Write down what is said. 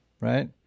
right